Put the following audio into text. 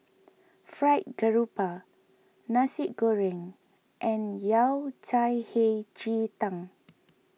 Fried Grouper Nasi Goreng and Yao Cai Hei Ji Tang